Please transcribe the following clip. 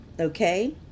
Okay